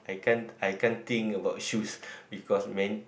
I can't I can't think about shoes because man